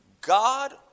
God